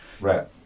right